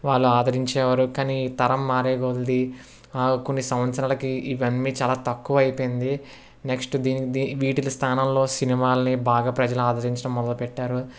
వాళ్ళ ఆదరించేవారు కానీ తరం మారేకొంది కొన్ని సంవత్సరాలకి ఇవన్నీ చాలా తక్కువ అయిపోయింది నెక్స్ట్ దీని దీని వీటిల స్థానంలో సినిమాల్ని బాగా ప్రజలు ఆదరించడం మొదలుపెట్టారు